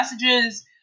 messages